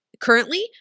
currently